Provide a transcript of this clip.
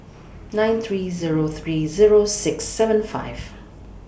nine three Zero three Zero six seven five